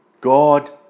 God